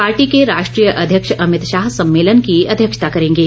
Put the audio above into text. party के राष्ट्रीय अध्यक्ष अमित शाह सम्मेलन की अध्यक्षता करेंगे